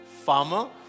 farmer